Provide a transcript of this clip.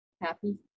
happy